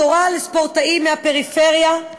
בשורה לספורטאים מהפריפריה,